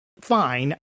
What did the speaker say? Fine